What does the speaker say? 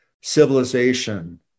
civilization